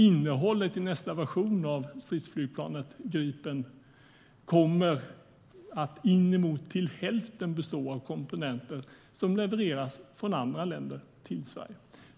Innehållet i nästa version av stridsflygplanet Gripen kommer att inemot till hälften bestå av komponenter som levereras från andra länder till Sverige. Herr talman!